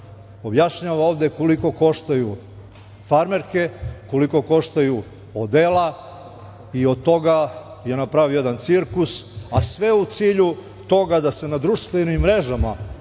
objašnjava ovde koliko koštaju farmerke, koliko koštaju odela i od toga je napravio jedan cirkus, a sve u cilju toga da se na društvenim mrežama, nakon